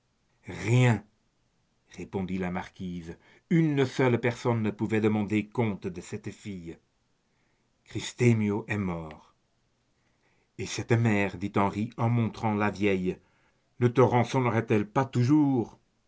rien répondit la marquise une seule personne pouvait demander compte de cette fille christemio est mort et cette mère demanda henri en montrant la vieille ne te rançonnera t elle pas toujours